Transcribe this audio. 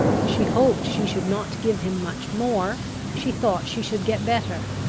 she hoped she should not give him much more she thought she should get better.